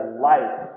life